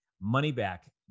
money-back